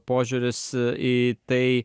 požiūris į tai